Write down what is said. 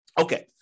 Okay